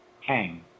Hang